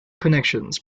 connections